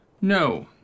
No